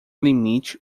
limite